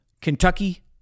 Kentucky